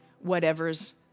whatever's